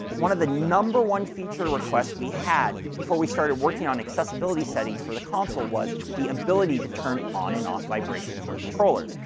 one of the number one feature requests that we had before we started working on accessibility settings for the console was the ability to turn on and off vibration for controllers.